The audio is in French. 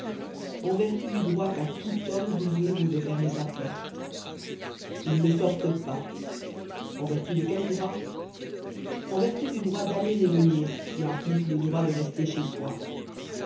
en vertu du droit qu'a tout homme d'ouvrir ou de fermer sa porte ils ne sortent pas en vertu de quel droit en vertu du droit d'aller et de venir qui implique le droit de rester chez soi